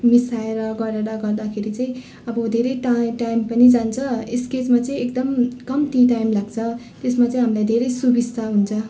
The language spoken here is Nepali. मिसाएर गरेर गर्दाखेरि चाहिँ अब धेरै टा टाइम पनि जान्छ स्केचमा चाहिँ एकदम कम्ती टाइम लाग्छ त्यसमा चाहिँ हामीलाई धेरै सुबिस्ता हुन्छ